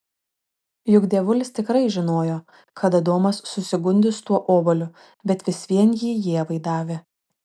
juk dievulis tikrai žinojo kad adomas susigundys tuo obuoliu bet vis vien jį ievai davė